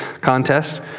contest